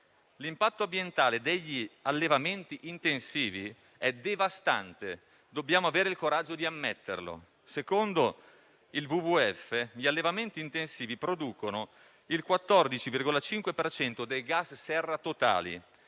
L'impatto ambientale degli allevamenti intensivi è devastante: dobbiamo avere il coraggio di ammetterlo. Secondo il World wildlife fund (WWF) gli allevamenti intensivi producono il 14,5 per cento dei gas serra totali